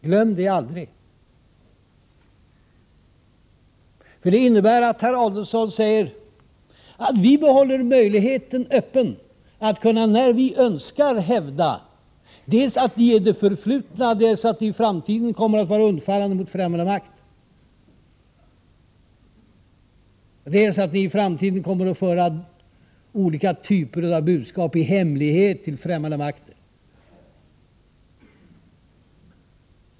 Glöm det aldrig! Det innebär att herr Adelsohn säger: Vi behåller möjligheten att när vi önskar kunna hävda dels att ni i det förflutna har varit och i framtiden kommer att vara undfallande mot främmande makt, dels att ni i framtiden kommer att föra olika typer av budskap i hemlighet till fftämmande makter.